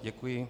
Děkuji.